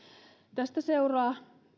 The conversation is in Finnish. tästä seuraa